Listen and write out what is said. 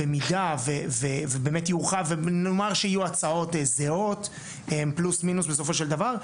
במידה ובאמת יורחב ונאמר שיהיו הצעות זהות פלוס-מינוס בסופו של דבר,